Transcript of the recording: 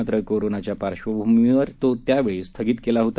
मात्र कोरोनाच्या पार्श्वभूमीवर तो त्यावेळी स्थगित केला होता